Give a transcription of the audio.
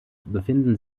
befinden